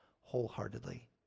wholeheartedly